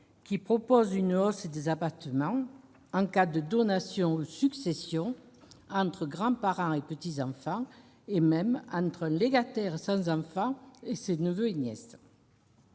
qui propose une hausse des abattements en cas de donation ou succession entre grands-parents et petits-enfants, et même entre un légataire sans enfant et ses neveux et nièces.